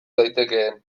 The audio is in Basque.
daitekeen